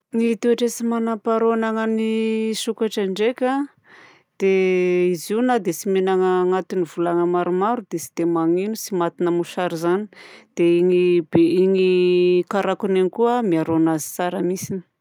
Ny toetra tsy manam-paharoa ananan'ny sokatra ndraika a dia izy io na dia tsy mihignagna agnatin'ny volana maromaro dia tsy dia manino tsy matina mosary izany. Dia igny be igny karakony igny koa miaro anazy tsara mihitsiny.